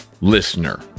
listener